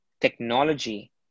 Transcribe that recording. technology